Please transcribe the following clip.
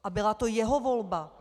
A byla to jeho volba.